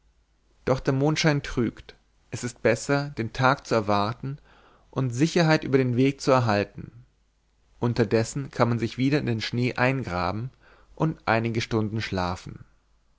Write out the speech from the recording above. doch der mondschein trügt es ist besser den tag zu erwarten und sicherheit über den weg zu erhalten unterdessen kann man sich wieder in den schnee eingraben und einige stunden schlafen